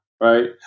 Right